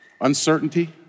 uncertainty